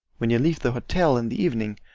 when you leave the hotel in the evening,